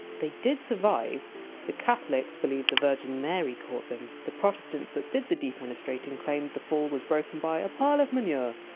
they did survive the catholics believed the virgin mary caught them, the protestants that did the defenestrating claimed their fall was broken by a pile of manure.